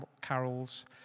carols